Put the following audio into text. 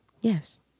Yes